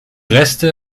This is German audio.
reste